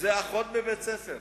עם משרד הפנים,